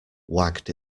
wagged